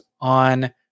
on